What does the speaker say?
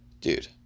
Dude